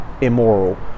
Immoral